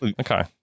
Okay